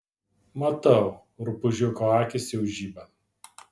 matau rupūžioko akys jau žiba